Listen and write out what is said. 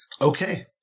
Okay